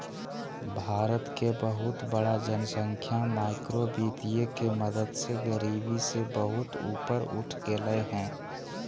भारत के बहुत बड़ा जनसँख्या माइक्रो वितीय के मदद से गरिबी से बहुत ऊपर उठ गेलय हें